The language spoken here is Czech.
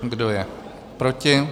Kdo je proti?